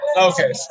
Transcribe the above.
Okay